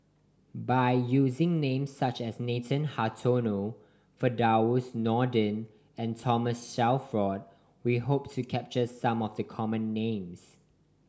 by using names such as Nathan Hartono Firdaus Nordin and Thomas Shelford we hope to capture some of the common names